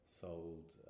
sold